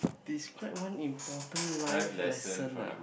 describe one important life lessons ah